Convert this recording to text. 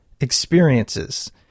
experiences